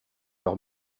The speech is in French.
leur